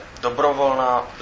dobrovolná